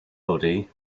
body